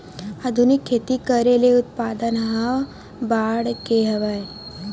आधुनिक खेती करे ले उत्पादन ह बाड़गे हवय